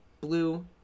blue